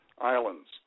islands